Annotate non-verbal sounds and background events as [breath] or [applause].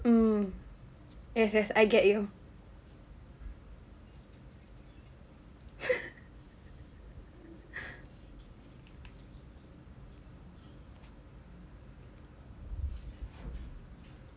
mm yes yes I get you [laughs] [breath]